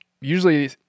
usually